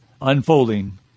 unfolding